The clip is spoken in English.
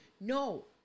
No